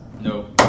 No